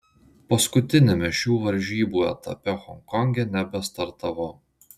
paskutiniame šių varžybų etape honkonge nebestartavau